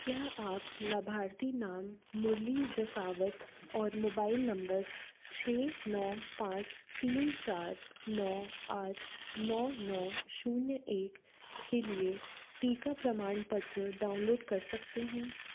क्या आप लाभार्थी नाम मुरली जसावत और मोबाइल नम्बर छः नौ पाँच तीन चार नौ आठ नौ नौ जीरो एक के लिए टीका प्रमाणपत्र डाउनलोड कर सकते हैं